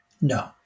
No